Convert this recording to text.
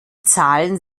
zahlen